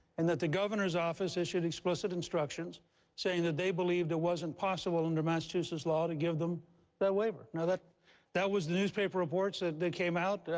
and that the governor's office issued explicit instructions saying that they believed it wasn't possible under massachusetts law to give them that waiver. now, that that was the newspaper reports that came out.